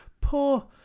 Poor